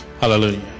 Hallelujah